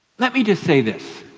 let me just say this.